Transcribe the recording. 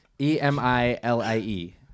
E-M-I-L-I-E